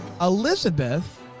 Elizabeth